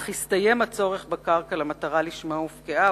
או הסתיים הצורך בקרקע למטרה לשמה הופקעה,